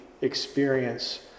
experience